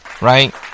Right